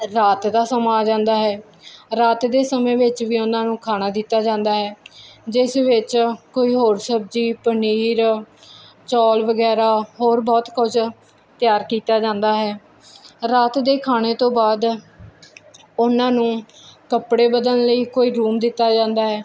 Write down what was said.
ਰਾਤ ਦਾ ਸਮਾਂ ਆ ਜਾਂਦਾ ਹੈ ਰਾਤ ਦੇ ਸਮੇਂ ਵਿੱਚ ਵੀ ਉਹਨਾਂ ਨੂੰ ਖਾਣਾ ਦਿੱਤਾ ਜਾਂਦਾ ਹੈ ਜਿਸ ਵਿੱਚ ਕੋਈ ਹੋਰ ਸਬਜ਼ੀ ਪਨੀਰ ਚੌਲ ਵਗੈਰਾ ਹੋਰ ਬਹੁਤ ਕੁਝ ਤਿਆਰ ਕੀਤਾ ਜਾਂਦਾ ਹੈ ਰਾਤ ਦੇ ਖਾਣੇ ਤੋਂ ਬਾਅਦ ਉਹਨਾਂ ਨੂੰ ਕੱਪੜੇ ਬਦਲਣ ਲਈ ਕੋਈ ਰੂਮ ਦਿੱਤਾ ਜਾਂਦਾ ਹੈ